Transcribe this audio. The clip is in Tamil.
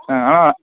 ஆ ஆ